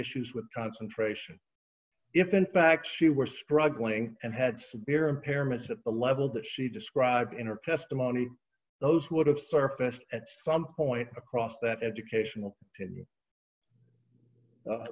issues with concentration if in fact she were struggling and had severe impairments at the level that she described in her testimony those would have surfaced at some point across that educational in u